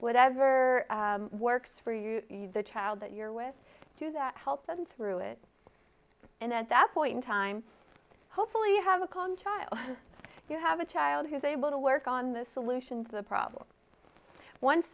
whatever works for you the child that you're with to that help doesn't through it and at that point time hopefully you have a contract you have a child who is able to work on the solution to the problem once